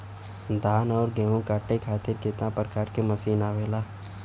धान और गेहूँ कांटे खातीर कितना प्रकार के मशीन आवेला?